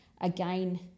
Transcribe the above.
Again